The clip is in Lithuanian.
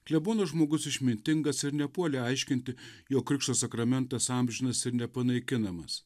klebonas žmogus išmintingas ir nepuolė aiškinti jog krikšto sakramentas amžinas ir nepanaikinamas